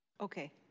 Okay